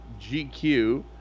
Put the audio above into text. GQ